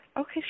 Okay